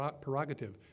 prerogative